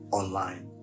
online